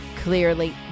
Clearly